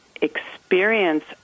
experience